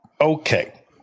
Okay